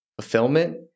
fulfillment